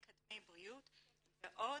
מקדמי בריאות ועוד,